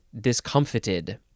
discomfited